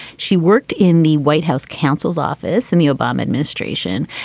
she worked in the white house counsel's office in the obama administration,